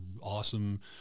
awesome